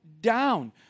down